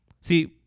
See